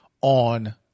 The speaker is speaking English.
on